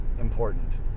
important